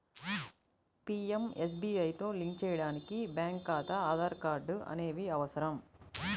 పీయంఎస్బీఐతో లింక్ చేయడానికి బ్యేంకు ఖాతా, ఆధార్ కార్డ్ అనేవి అవసరం